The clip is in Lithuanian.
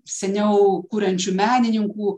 seniau kuriančių menininkų